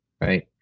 right